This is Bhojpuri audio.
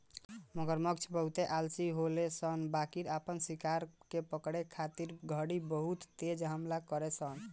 मगरमच्छ बहुते आलसी होले सन बाकिर आपन शिकार के पकड़े घड़ी बहुत तेज हमला करेले सन